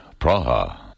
Praha